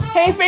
Hey